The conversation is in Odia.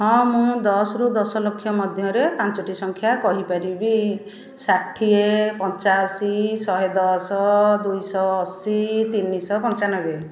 ହଁ ମୁଁ ଦଶରୁ ଦଶ ଲକ୍ଷ ମଧ୍ୟରେ ପାଞ୍ଚଟି ସଂଖ୍ୟା କହିପାରିବି ଷାଠିଏ ପଞ୍ଚାଅଶି ଶହେ ଦଶ ଦୁଇ ଶହ ଅଶି ତିନି ଶହ ପଞ୍ଚାନବେ